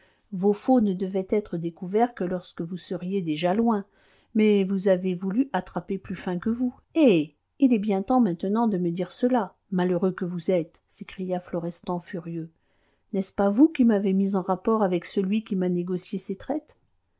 vos faux ne devaient être découverts que lorsque vous seriez déjà loin mais vous avez voulu attraper plus fin que vous eh il est bien temps maintenant de me dire cela malheureux que vous êtes s'écria florestan furieux n'est-ce pas vous qui m'avez mis en rapport avec celui qui m'a négocié ces traites